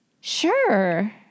Sure